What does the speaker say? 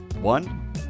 One